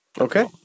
Okay